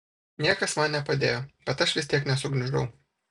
niekas man nepadėjo bet aš vis tiek nesugniužau